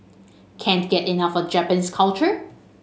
can't get enough of Japanese culture